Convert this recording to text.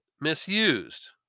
misused